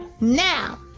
Now